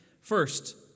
First